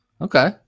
Okay